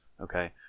okay